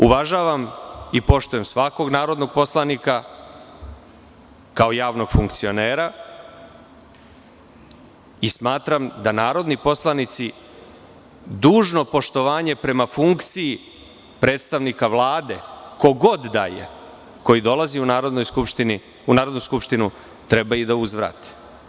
Uvažavam i poštujem svakog narodnog poslanika, kao javnog funkcionera, i smatram da narodni poslanici dužno poštovanje prema funkciji predstavnika Vlade, ko god da je, koji dolazi u Narodnu skupštinu treba i da uzvrati.